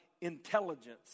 intelligence